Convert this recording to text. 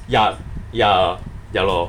ya ya ya lor